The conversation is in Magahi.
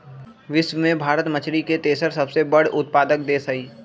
विश्व में भारत मछरी के तेसर सबसे बड़ उत्पादक देश हई